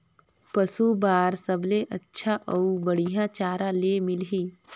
पशु बार सबले अच्छा अउ बढ़िया चारा ले मिलही?